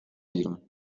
بیرون